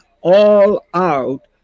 all-out